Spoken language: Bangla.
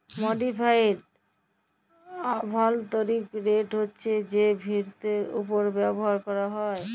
মডিফাইড অভ্যলতরিল রেট হছে যেট ফিরতের উপর ক্যরা হ্যয়